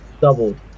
doubled